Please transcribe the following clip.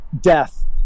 death